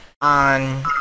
on